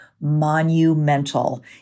monumental